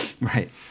Right